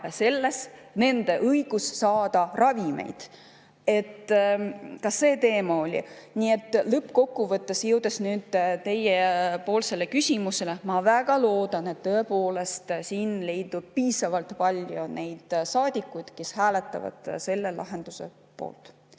ära nende õiguse saada ravimeid. Ka see teema oli. Nii et lõppkokkuvõttes, jõudes nüüd teie küsimuseni, ma väga loodan, et tõepoolest siin leidub piisavalt palju neid saadikuid, kes hääletavad selle lahenduse poolt.